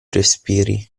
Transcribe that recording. respiri